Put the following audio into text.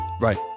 Right